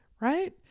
right